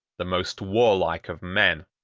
the most warlike of men,